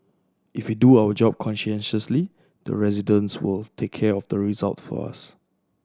if we do our job conscientiously the residents will take care of the result for us